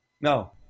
No